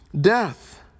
death